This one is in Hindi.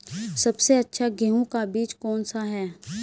सबसे अच्छा गेहूँ का बीज कौन सा है?